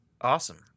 Awesome